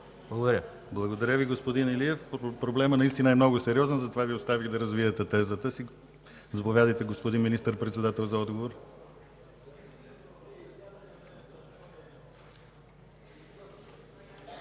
Благодаря Ви, господин Илиев. Проблемът наистина е много сериозен, затова Ви оставих да развиете тезата си. Заповядайте, господин Министър-председател, за отговор.